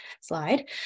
slide